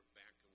back